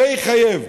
זה יחייב.